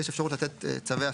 ויש על זה הרבה תלונות אצל היועץ